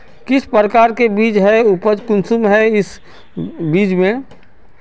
किस प्रकार के बीज है उपज कुंसम है इस बीज में?